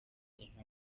inka